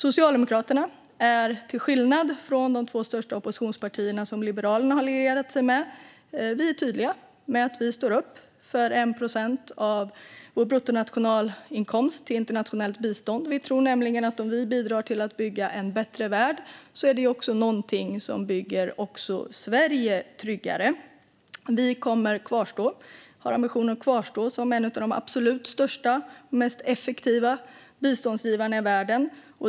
Socialdemokraterna är till skillnad från de två största oppositionspartierna som Liberalerna har allierat sig med tydliga med att vi står upp för att 1 procent av vår bruttonationalinkomst ska gå till internationellt bistånd. Vi tror nämligen att om vi bidrar till att bygga en bättre värld är det också någonting som bygger Sverige tryggare. Vår ambition kvarstår att vara en av de absolut största och mest effektiva biståndsgivarna i världen.